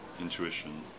intuition